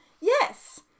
Yes